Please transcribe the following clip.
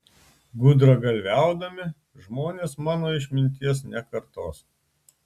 gudragalviaudami žmonės mano išminties nekartos